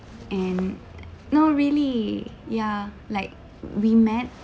and no really ya like we met